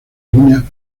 línea